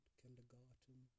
kindergarten